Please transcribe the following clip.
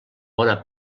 bona